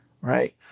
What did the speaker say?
right